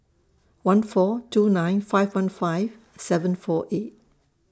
one four two nine five one five seven four eight